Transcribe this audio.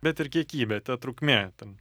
bet ir kiekybė ta trukmė ten